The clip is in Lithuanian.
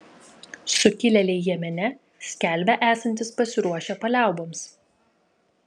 sukilėliai jemene skelbia esantys pasiruošę paliauboms